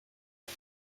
but